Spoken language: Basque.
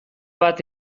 bat